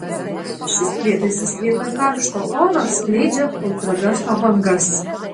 šis prietaisas vietoj karšto oro skleidžia ultragarso bangas